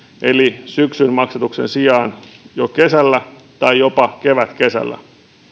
eli syksyn maksatuksen sijaan jo kesällä tai jopa kevätkesällä